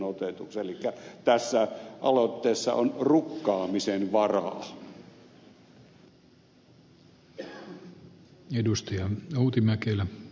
elikkä tässä aloitteessa on rukkaamisen varaa